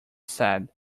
said